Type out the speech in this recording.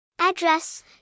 Address